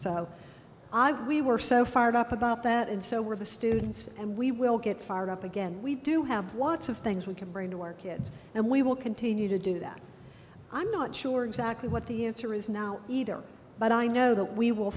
so i we were so fired up about that and so were the students and we will get fired up again we do have watts of things we can bring to our kids and we will continue to do that i'm not sure exactly what the answer is now either but i know that we will